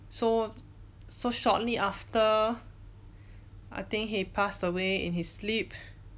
so so shortly after I think he passed away in his sleep